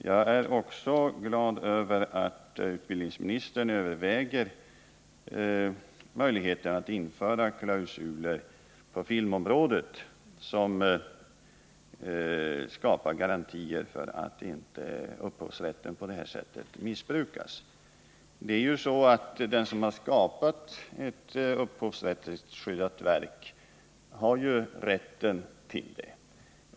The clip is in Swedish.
Jag är också glad över att utbildningsministern överväger möjligheten att införa klausuler på filmområdet som skapar garantier för att upphovsrätten på sätt som skett inte missbrukas. Det är ju så att den som har skapat ett upphovsrättsskyddat verk har rätten till det.